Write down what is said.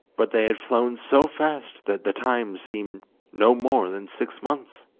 but they had flown so fast that the time seemed no more than six months.